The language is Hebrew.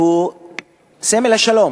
שהוא סמל השלום,